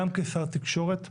גם כשר תקשורת,